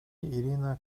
ирина